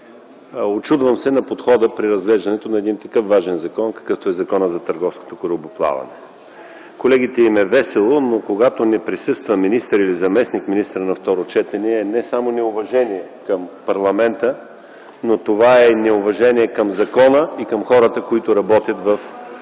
Учудвам се на подхода при разглеждането на един такъв важен закон, какъвто е Законът за търговското корабоплаване. На колегите им е весело, но когато не присъства министър или заместник-министър на второ четене, е не само неуважение към парламента, но това е неуважение към закона и към хората, които работят в този